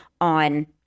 on